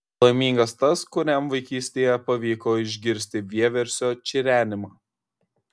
laimingas tas kuriam vaikystėje pavyko išgirsti vieversio čirenimą